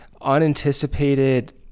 unanticipated